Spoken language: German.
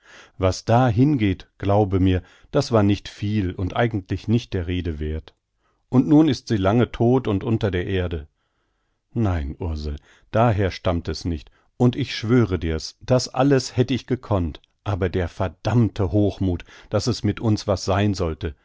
was da hinging glaube mir das war nicht viel und eigentlich nicht der rede werth und nun ist sie lange todt und unter der erde nein ursel daher stammt es nicht und ich schwöre dir's das alles hätt ich gekonnt aber der verdammte hochmuth daß es mit uns was sein sollte